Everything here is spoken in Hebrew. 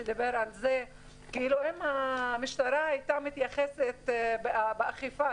שאמר אם המשטרה הייתה מתייחסת באכיפה,